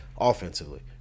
offensively